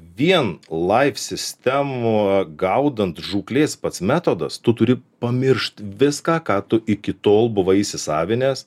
vien laif sistemų gaudant žūklės pats metodas tu turi pamiršt viską ką tu iki tol buvai įsisavinęs